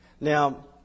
Now